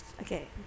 Okay